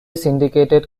syndicated